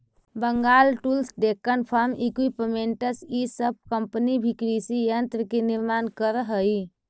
Bengal tools, Deccan farm equipments इ सब company भी कृषि यन्त्र के निर्माण करऽ हई